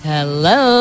Hello